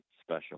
special